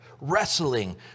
wrestling